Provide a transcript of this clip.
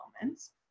moments